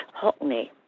Hockney